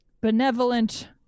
benevolent